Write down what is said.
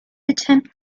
attempt